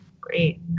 Great